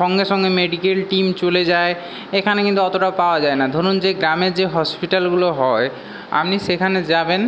সঙ্গে সঙ্গে medical team চলে যায় এখানে কিন্তু অতটা পাওয়া যায় না ধরুন যে গ্রামে যে হসপিটালগুলো হয় আপনি সেখানে যাবেন